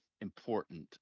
important